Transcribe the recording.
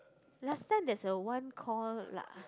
last time there is a one call